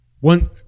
One